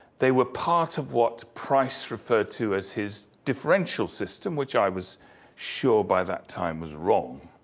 they were part of what price referred to as his differential system, which i was sure by that time was wrong.